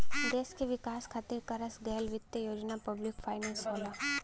देश क विकास खातिर करस गयल वित्त योजना पब्लिक फाइनेंस होला